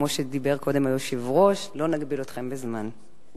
כמו שאמר קודם היושב-ראש, לא נגביל אתכן בזמן.